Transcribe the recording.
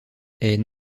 est